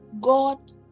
god